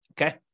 Okay